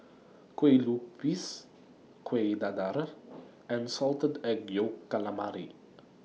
Kueh Lupis Kuih Dadar and Salted Egg Yolk Calamari